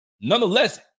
nonetheless